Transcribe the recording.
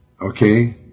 Okay